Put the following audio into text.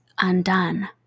undone